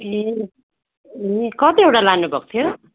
ए ए कतिवटा लानु भएको थियो